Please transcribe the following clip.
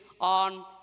on